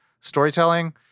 storytelling